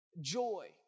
joy